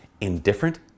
indifferent